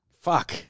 fuck